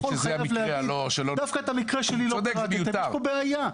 חייב יאמר שדווקא את המקרה שלו לא פירטו ואז יש כאן בעיה.